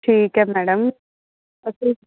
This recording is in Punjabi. ਠੀਕ ਹੈ ਮੈਡਮ ਅਤੇ